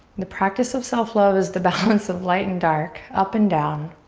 the practice of self love is the balance of light and dark, up and down.